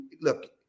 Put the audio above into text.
look